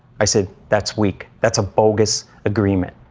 i said, that's weak. that's a bogus agreement.